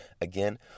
again